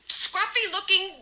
scruffy-looking